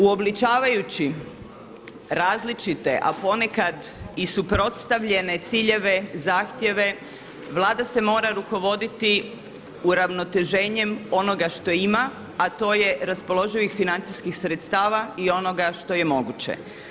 Uobličavajući različite, a ponekad i suprotstavljene ciljeve, zahtjeve Vlada se mora rukovoditi uravnoteženjem onoga što ima, a to je raspoloživih financijskih sredstava i onoga što je moguće.